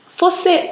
fosse